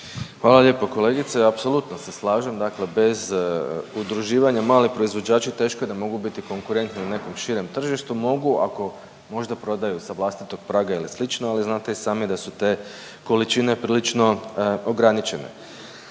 Hvala lijepo kolegice. Apsolutno se slažem dakle bez udruživanja mali proizvođači teško je da mogu biti konkurentni na nekom širem tržištu mogu ako možda prodaju sa vlastitog praga ili slično, ali znate i sami da su te količine prilično ograničene.